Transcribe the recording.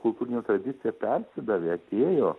kultūrinė tradicija persidavė atėjo